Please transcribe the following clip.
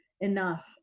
enough